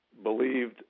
believed